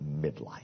midlife